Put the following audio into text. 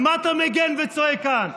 על מה אתה מגן וצועק כאן?